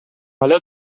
حالا